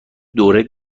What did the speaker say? دوره